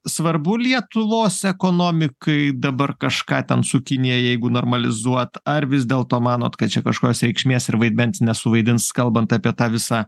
svarbu lietuvos ekonomikai dabar kažką ten su kinija jeigu normalizuot ar vis dėlto manot kad čia kažkos reikšmės ir vaidmens nesuvaidins kalbant apie tą visą